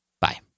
Bye